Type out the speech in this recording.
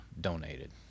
donated